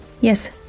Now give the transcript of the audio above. Yes